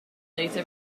later